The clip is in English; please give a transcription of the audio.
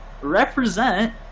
represent